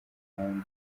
cyane